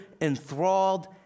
enthralled